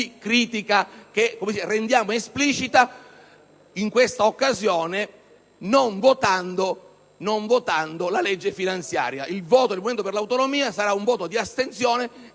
critica, che rendiamo esplicita in questa occasione non votando la legge finanziaria. Il voto del Movimento per le Autonomie sarà di astensione,